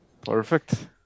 Perfect